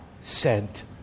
sent